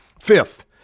Fifth